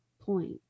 point